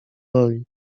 roli